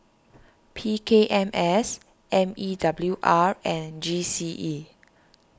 P K M S M E W R and G C E